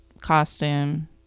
costume